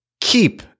keep